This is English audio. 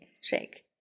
Shake